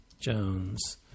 Jones